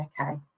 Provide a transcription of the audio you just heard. okay